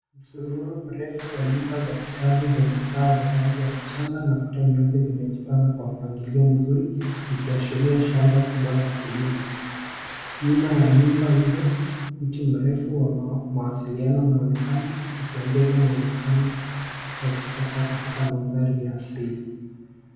Msururu mrefu wa nyumba za kitalu zenye paa za rangi ya mchanga na kuta nyeupe zimejipanga kwa mpangilio mzuri, zikiashiria shamba kubwa la kilimo. Nyuma ya nyumba hizo, mti mrefu wa mawasiliano unaonekana ikiongeza mwonekano wa kisasa katika mandhari ya kiasili.